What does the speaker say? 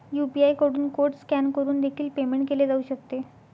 UPI कडून code scan करून देखील पेमेंट केले जाऊ शकते